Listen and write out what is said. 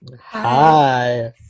Hi